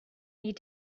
need